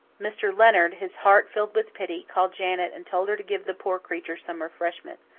mr. leonard, his heart filled with pity, called janet and told her to give the poor creature some refreshment.